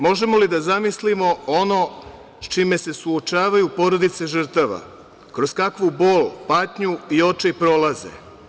Možemo li da zamislimo ono sa čime se suočavaju porodice žrtava, kroz kakvu bol, patnju i očaj prolaze?